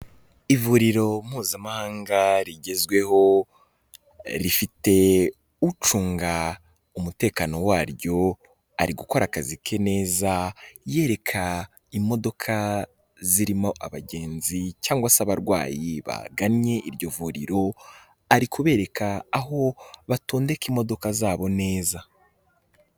Ivuriro mpuzamahanga rigezweho, rifite ucunga umutekano waryo, ari gukora akazi ke neza, yereka imodoka zirimo abagenzi cyangwa se abarwayi bagannye iryo vuriro, ari kubereka aho batondeka imodoka zabo neza.